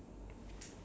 ya